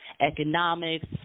economics